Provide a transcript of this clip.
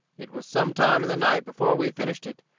it was some time in the night before we finished it.